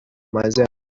بامزه